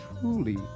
truly